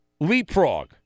leapfrog